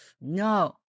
No